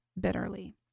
bitterly